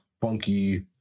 funky